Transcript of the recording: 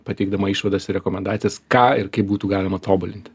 pateikdama išvadas ir rekomendacijas ką ir kaip būtų galima tobulinti